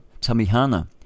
Tamihana